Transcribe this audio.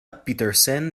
peterson